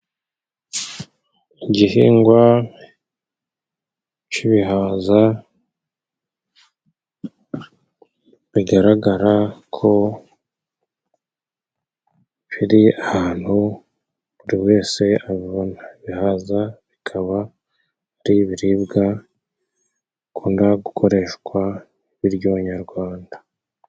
Igihingwa c'ibihaza bigaragara ko biri ahantu buri wese abona bihaza bikaba ari ibiribwa bikunda gukoreshwa biryohera abanyarwanda.